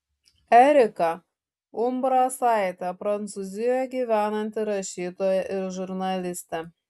erika umbrasaitė prancūzijoje gyvenanti rašytoja ir žurnalistė